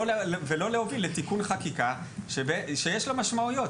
ולא להוביל לתיקון חקיקה שיש לו משמעויות.